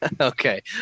Okay